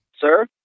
Sir